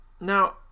Now